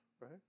Right